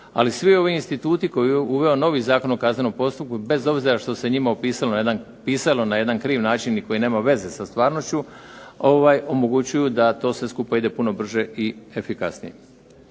ali svi ovi instituti koje je uveo novi Zakon o kaznenom postupku, bez obzira što se njime pisalo na jedan kriv način, i koji nema veze sa stvarnošću, omogućuju da to sve skupa ide puno brže i efikasnije.